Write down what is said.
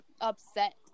upset